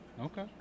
Okay